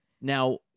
Now